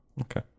Okay